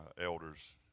elders